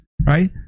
right